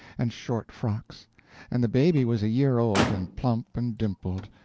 and short frocks and the baby was a year old, and plump and dimpled,